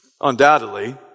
Undoubtedly